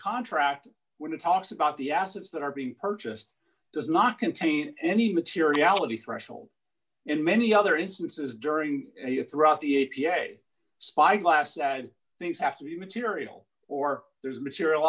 contract when it talks about the assets that are being purchased does not contain any materiality threshold in many other instances during your throughout the a p a spyglass added things have to be material or there's material